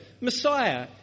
Messiah